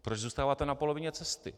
Proč zůstáváte na polovině cesty?